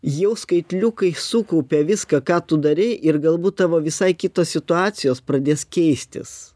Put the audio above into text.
jau skaitliukai sukaupia viską ką tu darei ir galbūt tavo visai kitos situacijos pradės keistis